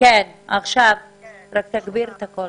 קצת את הקול.